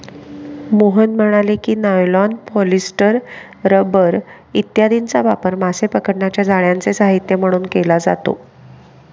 मोहन म्हणाले की, nylon, polyester, rubber इत्यादींचा वापर मासे पकडण्याच्या जाळ्यांचे साहित्य म्हणून केला जातो